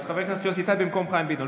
חבר הכנסת יוסי טייב במקום חיים ביטון.